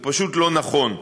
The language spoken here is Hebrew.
זה פשוט לא נכון.